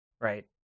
right